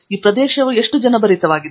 ಈ ಪ್ರದೇಶವು ಎಷ್ಟು ಜನಭರಿತವಾಗಿದೆ